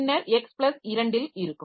பின்னர் X plus இரண்டில் இருக்கும்